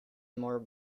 more